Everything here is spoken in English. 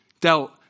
dealt